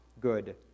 good